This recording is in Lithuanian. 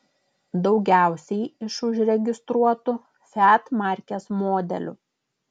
daugiausiai iš užregistruotų fiat markės modelių